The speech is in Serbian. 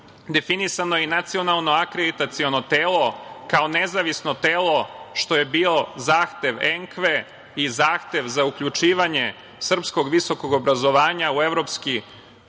definisano je i nacionalno akreditaciono telo kao nezavisno telo, što je bio zahtev Enkve i zahtev za uključivanje srpskog visokog obrazovanja u evropski